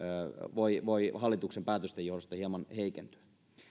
voi voi hallituksen päätösten johdosta hieman heikentyä